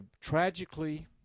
tragically